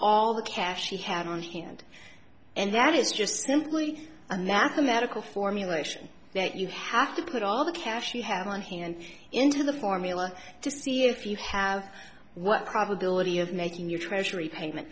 all the cash he had on hand and that is just simply a mathematical formulation that you have to put all the cash you have on hand into the formula to see if you have what probability of making your treasury payment